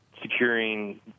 securing